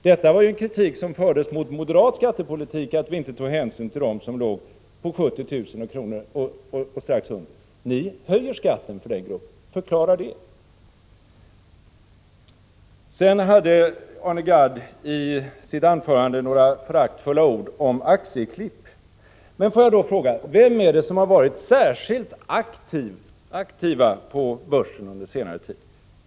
Det var ju en kritik som fördes fram mot moderat skattepolitik att vi inte tog hänsyn till dem som låg på 70 000 kr. och strax där under. Ni höjer skatten för den gruppen. Förklara det! I sitt anförande hade Arne Gadd några föraktfulla ord om aktieklipp. Men vilka är det som har varit särskilt aktiva på börsen under senare tid?